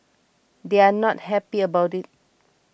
they're not happy about it